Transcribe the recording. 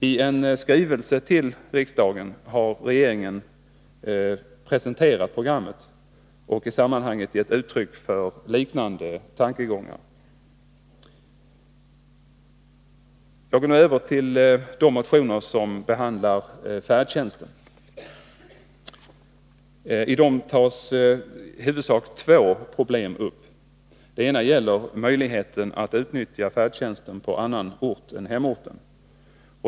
I en skrivelse till riksdagen har regeringen presenterat programmet och i sammanhanget gett uttryck för liknande tankegångar. Jag går nu över till de motioner som behandlar färdtjänsten. I dem tas i huvudsak två problem upp. Det ena gäller möjligheten att utnyttja färdtjänst på annan ort än hemorten.